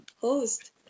host